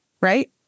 Right